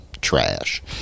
Trash